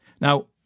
Now